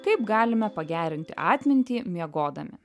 kaip galime pagerinti atmintį miegodami